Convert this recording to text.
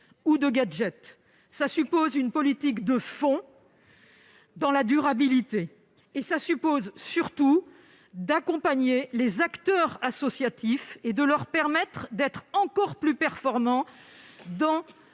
ou de gadgets. Elle suppose une politique de fond, qui s'inscrit dans la durée. Elle suppose surtout d'accompagner les acteurs associatifs et de leur permettre d'être encore plus performants pour